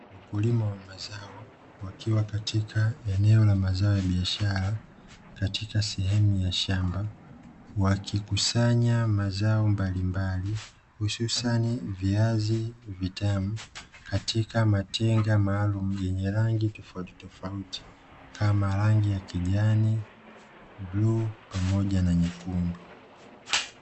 Wakulima wa mazao wakiwa katika eneo la mazao ya biashara, katika sehemu ya shamba. Wakikusanya mazao mbalimbali, hususani viazi vitamu katika matenga maalumu yenye rangi tofautitofauti kama rangi ya kijani, bluu pamoja na nyekundu.